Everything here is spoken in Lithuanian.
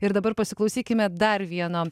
ir dabar pasiklausykime dar vieno